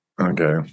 Okay